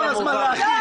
כל הזמן אתה רוצה להכיל?